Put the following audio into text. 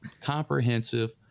comprehensive